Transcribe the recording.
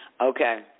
Okay